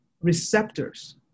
receptors